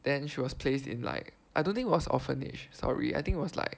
then she was placed in like I don't think it was orphanage sorry I think it was like